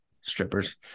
Strippers